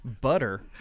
Butter